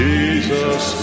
Jesus